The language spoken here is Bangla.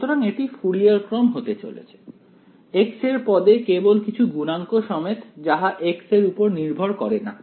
সুতরাং এটি ফুরিয়ার ক্রম হতে চলেছে x এর পদে কেবল কিছু গুণাঙ্ক সমেত যাহা x এর উপর নির্ভর করে না